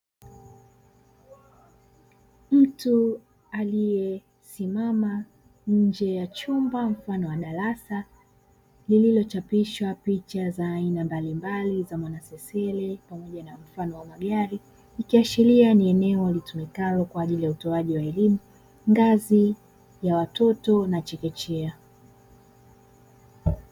Mtu aliyesimama nje ya chumba mfano wa darasa, lililo chapishwa picha za aina mbalimbali za mwana sesele pamoja na mfano wa gari. Ikiashiria ni eneo litumikalo kwa ajili ya utoaji wa elimu, ngazi ya watoto na chekechea.